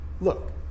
look